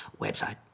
website